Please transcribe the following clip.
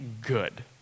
good